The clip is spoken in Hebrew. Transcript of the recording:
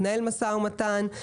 מתנהל משא ומתן.